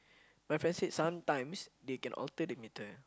my friend said sometimes they can alter the meter